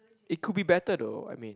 it could be better though I mean